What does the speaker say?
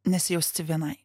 nesijausti vienai